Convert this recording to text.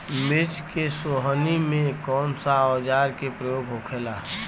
मिर्च के सोहनी में कौन सा औजार के प्रयोग होखेला?